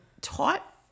taught